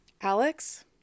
Alex